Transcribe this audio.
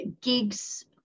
gigs